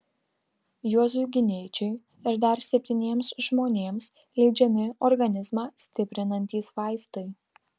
juozui gineičiui ir dar septyniems žmonėms leidžiami organizmą stiprinantys vaistai